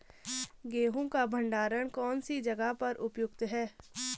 गेहूँ का भंडारण कौन सी जगह पर उपयुक्त है?